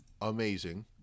amazing